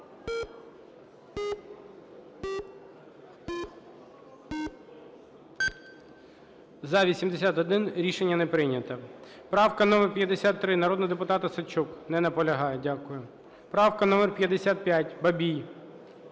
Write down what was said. За-81 Рішення не прийнято. Правка номер 53, народний депутат Осадчук. Не наполягає. Дякую. Правка номер 55, Бабій.